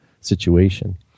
situation